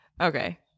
okay